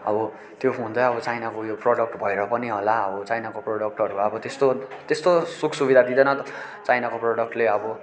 अब त्यो फोन चाहिँ अब चाइनाको उयो प्रडक्ट भएर पनि होला चाइनाको प्रडक्टहरू अब त्यस्तो त्यस्तो सुख सुबिधा दिँदेैन चाइनाका प्रडक्टले अब